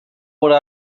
would